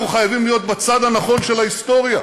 אנחנו חייבים להיות בצד הנכון של ההיסטוריה.